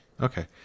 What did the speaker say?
Okay